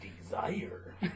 desire